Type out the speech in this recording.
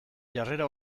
jarrera